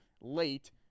late